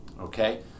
okay